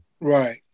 Right